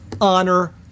honor